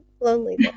lonely